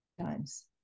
times